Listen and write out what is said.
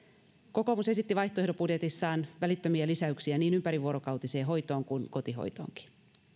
kokoomus esitti vaihtoehtobudjetissaan välittömiä lisäyksiä niin ympärivuorokautiseen hoitoon kuin kotihoitoonkin